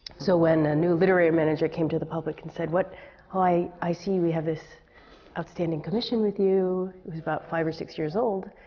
so when a new literally manager came to the public and said, what i see we have this outstanding commission with you. it was about five or six years old.